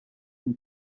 sul